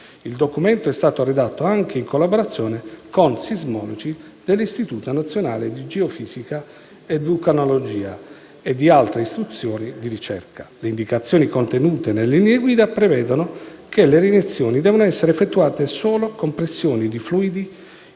Il documento è stato redatto anche in collaborazione con sismologi dell'Istituto nazionale di geofisica e vulcanologia e di altre istituzioni di ricerca. Le indicazioni contenute nelle linee guida prevedono che le reiniezioni devono essere effettuate solo con pressioni di fluidi